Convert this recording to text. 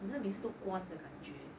好像每次都关的感觉